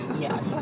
Yes